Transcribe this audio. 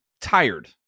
tired